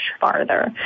farther